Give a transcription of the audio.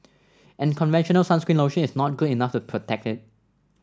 and conventional sunscreen lotion is not good enough to protect it